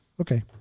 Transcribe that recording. Okay